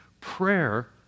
Prayer